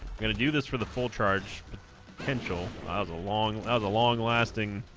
gonna do this for the full charge pencil i was a long other long-lasting